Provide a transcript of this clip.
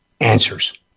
answers